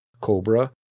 Cobra